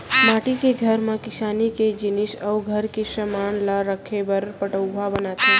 माटी के घर म किसानी के जिनिस अउ घर के समान ल राखे बर पटउहॉं बनाथे